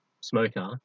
smoker